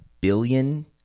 billion